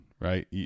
right